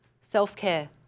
Self-care